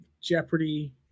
Jeopardy